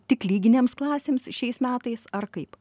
tik lyginėms klasėms šiais metais ar kaip